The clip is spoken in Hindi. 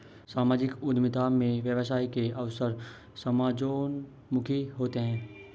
सामाजिक उद्यमिता में व्यवसाय के अवसर समाजोन्मुखी होते हैं